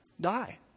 die